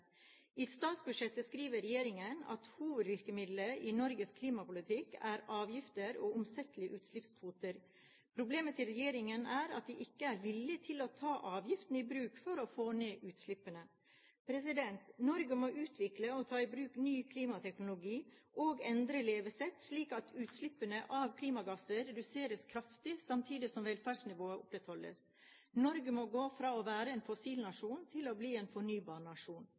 I statsbudsjettet skriver regjeringen at hovedvirkemidlene i Norges klimapolitikk er avgifter og omsettelige utslippskvoter. Problemet til regjeringen er at den ikke er villig til å ta avgiftene i bruk for å få ned utslippene. Norge må utvikle og ta i bruk ny klimateknologi og endre levesett slik at utslippene av klimagasser reduseres kraftig, samtidig som velferdsnivået opprettholdes. Norge må gå fra å være en fossilnasjon til å bli en